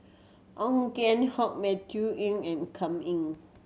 Ong Keng Hong Matthew and Kam Ning